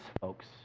folks